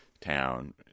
town